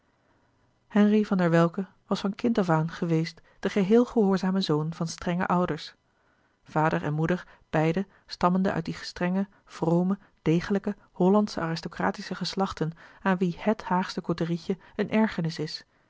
henri van der welcke was van kind af aan geweest de geheel gehoorzame zoon van strenge ouders vader en moeder beide stammende uit die strenge vrome degelijke hollandsche aristocratische geslachten aan wie het haagsche côterietje een ergernis is